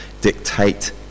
dictate